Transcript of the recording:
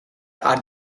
are